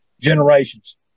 generations